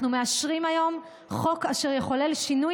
אנחנו מאשרים היום חוק אשר יחולל שינוי